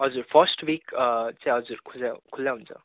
हजुर first week चाहिँ हजुर खुला खुला हुन्छ